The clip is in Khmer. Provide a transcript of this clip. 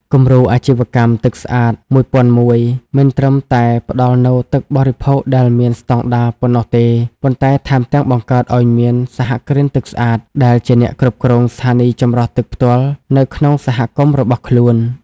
គំរូអាជីវកម្ម ទឹកស្អាត ១០០១ មិនត្រឹមតែផ្ដល់នូវទឹកបរិភោគដែលមានស្ដង់ដារប៉ុណ្ណោះទេ ប៉ុន្តែថែមទាំងបង្កើតឱ្យមាន "សហគ្រិនទឹកស្អាត" ដែលជាអ្នកគ្រប់គ្រងស្ថានីយចម្រោះទឹកផ្ទាល់នៅក្នុងសហគមន៍របស់ខ្លួន។